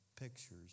pictures